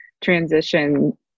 transition